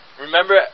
Remember